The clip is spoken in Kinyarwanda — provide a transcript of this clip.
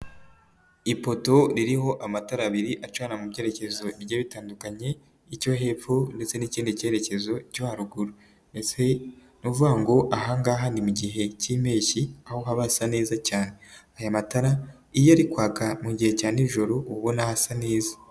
Ifoto ririho amatara abiri acana mu byerekezo bigiye bitandukanye icyo hepfo ndetse n'ikindi kerekezo cyo haruguru, ndets eni ukuvuga ngo aha ngaha ni mu gihe k'impeshyi aho haba hasa neza cyane, aya matara iyo ari mu gihe cya nijoro uba ubona hasa neza.